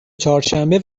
چهارشنبه